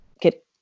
get